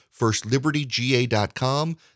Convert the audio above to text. Firstlibertyga.com